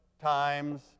times